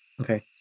Okay